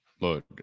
Look